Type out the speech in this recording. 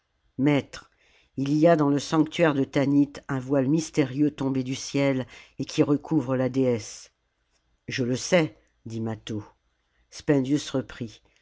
maître il y a dans le sanctuaire detanit un voile mystérieux tombé du ciel et qui recouvre la déesse je le sais dit mâtho